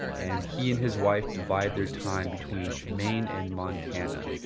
and he and his wife divide their time between maine and montana.